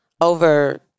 over